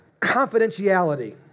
confidentiality